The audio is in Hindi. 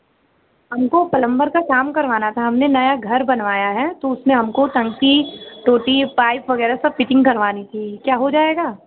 हमको पलंबर का काम करवाना था हमने नया घर बनवाया है तो उसमें हमको टंकी टूटी पाइप वगैरह सब पिचिंग करवानी थी क्या हो जाएगा